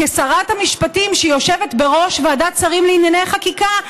כשרת המשפטים שיושבת בראש ועדת שרים לענייני חקיקה,